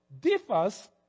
differs